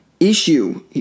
issue